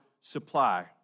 supply